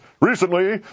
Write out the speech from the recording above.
Recently